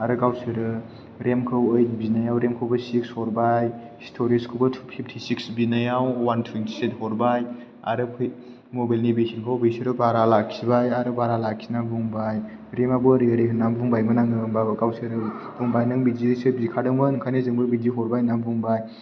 आरो गावसोरो रेमखौ ओइथ बिनायाव रेमखौबो सिक्स हरबाय स्ट'रेसखौबो टु पिफ्टि सिक्स बिनायाव वान टुइन्थि ओइट हरबाय आरो फै मबाइलनि बेसेनखौबो बिसोरो बारा लाखिबाय आरो बारा लाखिनानै बुंबाय रेमाबो ओरै ओरै होनानै बुंबायमोन आङो होनबाबो गावसोरो होनबाय नों बिदिसो बिखादोंमोन ओंखायनो जोंबो बिदि हरबाय होनना बुंबाय